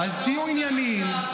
אז תהיו ענייניים.